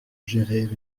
gérer